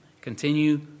Continue